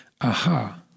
aha